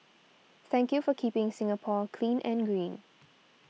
thank you for keeping Singapore clean and green